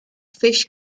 fish